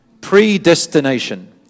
predestination